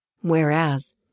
Whereas